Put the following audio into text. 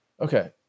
Okay